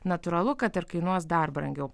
natūralu kad ar kainuos dar brangiau